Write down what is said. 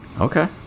Okay